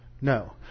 No